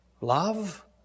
love